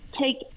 take